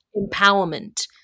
empowerment